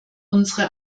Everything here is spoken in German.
unsere